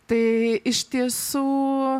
tai iš tiesų